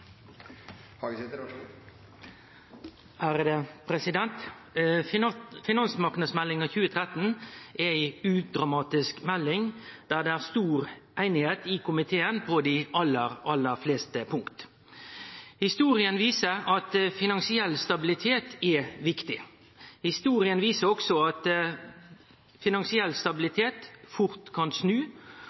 ei udramatisk melding der det er stor einigheit i komiteen på dei aller fleste punkta. Historia viser at finansiell stabilitet er viktig. Historia viser også at finansiell stabilitet fort kan snu.